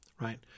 right